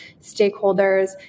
stakeholders